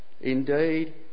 Indeed